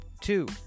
Two